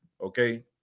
okay